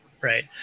right